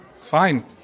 Fine